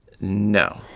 No